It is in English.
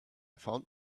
found